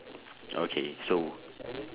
okay so